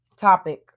topic